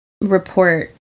report